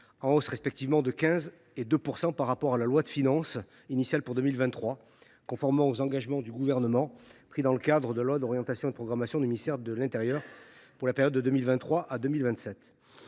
des hausses respectives de 15 % et de 2 % par rapport à la loi de finances initiale pour 2023, conformes aux engagements pris par le Gouvernement dans le cadre de la loi d’orientation et de programmation du ministère de l’intérieur pour la période 2023 2027.